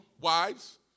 wives